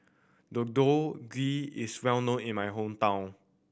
Deodeok Gui is well known in my hometown